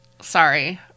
Sorry